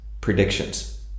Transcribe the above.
predictions